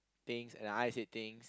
things and I said things